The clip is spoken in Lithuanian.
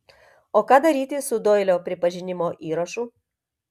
o ką daryti su doilio prisipažinimo įrašu